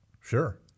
sure